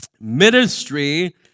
Ministry